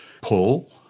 pull